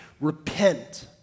repent